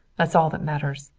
that's all that matters.